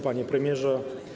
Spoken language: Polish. Panie Premierze!